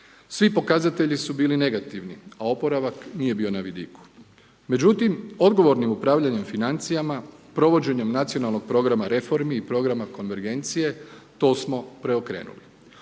svi pokazatelji su bili negativni, a oporavak nije bio na vidiku. Međutim odgovornim upravljanjem financijama, provođenjem nacionalnog programa reformi i programa konvergencije to smo preokrenuli.